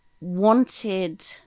wanted